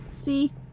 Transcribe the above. See